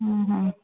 ହୁଁ ହୁଁ